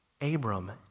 Abram